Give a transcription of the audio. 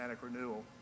renewal